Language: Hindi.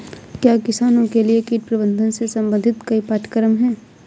क्या किसानों के लिए कीट प्रबंधन से संबंधित कोई पाठ्यक्रम है?